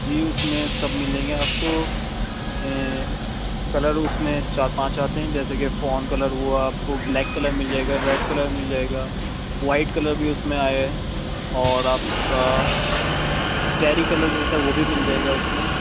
جی اس میں سب مل جائیں گے آپ کو کلر اس میں چار پانچ آتے ہیں جیسے کہ فون کلر ہوا آپ کو بلیک کلر مل جائے گا ریڈ کلر مل جائے گا وائٹ کلر بھی اس میں آیا ہے اور آپ کا چیری کلر جو ہوتا ہے وہ بھی مل جائے گا اس میں